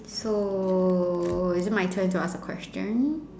so is it my turn to ask a question